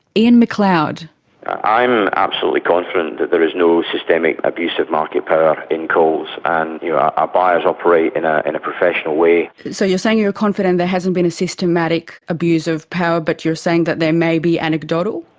ian mcleod i am absolutely confident that there is no systemic abuse of market power in coles. and our buyers operate in ah in a professional way. so you're saying you're confident there hasn't been a systematic abuse of power, but you're saying that there may be anecdotal?